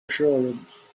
assurance